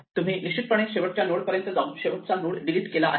तुम्ही निश्चितपणे शेवटच्या नोड पर्यंत जाऊन शेवटचा नोड डिलीट केला आहे का